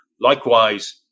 Likewise